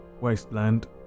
wasteland